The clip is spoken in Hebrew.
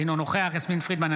אינו נוכח יסמין פרידמן,